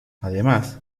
además